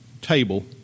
table